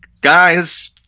guys